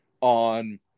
on